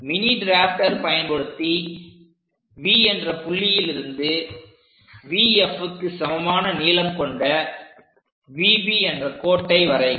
mini drafter பயன்படுத்தி V என்ற புள்ளியில் இருந்து VFக்கு சமமான நீளம் கொண்ட VB என்ற கோட்டை வரைக